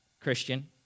Christian